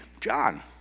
John